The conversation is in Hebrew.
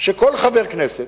שכל חבר כנסת